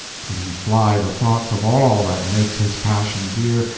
could he fly the thoughts of all that makes his passion dear,